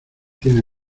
tiene